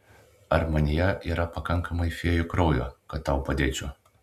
ar manyje yra pakankamai fėjų kraujo kad tau padėčiau